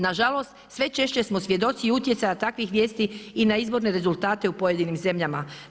Nažalost, sve češće smo svjedoci utjecaja takvih vijesti i na izborne rezultate u pojedinim zemljama.